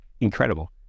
incredible